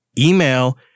email